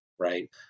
right